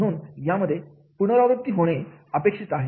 म्हणून याच्यामध्ये पुनरावृत्ती होणे अपेक्षित आहे